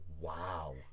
Wow